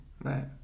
Right